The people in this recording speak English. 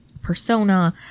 persona